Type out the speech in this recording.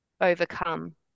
overcome